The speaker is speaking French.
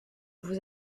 vous